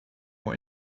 even